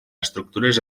estructures